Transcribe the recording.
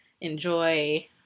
enjoy